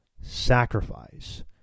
sacrifice